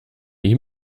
ihm